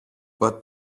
but